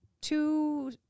two